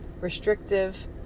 restrictive